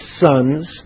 sons